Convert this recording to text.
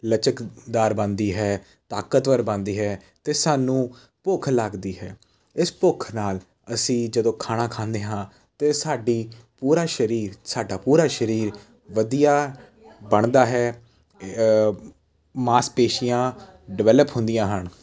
ਲਚਕਦਾਰ ਬਣਦੀ ਹੈ ਤਾਕਤਵਰ ਬਣਦੀ ਹੈ ਅਤੇ ਸਾਨੂੰ ਭੁੱਖ ਲੱਗਦੀ ਹੈ ਇਸ ਭੁੱਖ ਨਾਲ ਅਸੀਂ ਜਦੋਂ ਖਾਣਾ ਖਾਂਦੇ ਹਾਂ ਤਾਂ ਸਾਡੀ ਪੂਰਾ ਸਰੀਰ ਸਾਡਾ ਪੂਰਾ ਸਰੀਰ ਵਧੀਆ ਬਣਦਾ ਹੈ ਮਾਸਪੇਸ਼ੀਆਂ ਡਿਵੈਲਪ ਹੁੰਦੀਆਂ ਹਨ